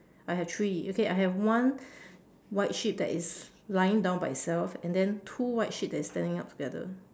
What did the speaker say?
I have three okay I have one white sheep that is lying down by itself and then two white sheep that is standing up together